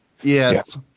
yes